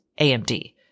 AMD